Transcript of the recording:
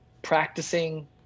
Practicing